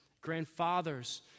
Grandfathers